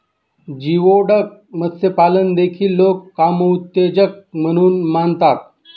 geoduck मत्स्यपालन देखील लोक कामोत्तेजक म्हणून मानतात